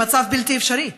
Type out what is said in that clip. במצב בלתי אפשרי?